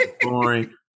boring